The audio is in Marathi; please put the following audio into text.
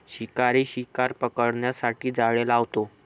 शिकारी शिकार पकडण्यासाठी जाळे लावतो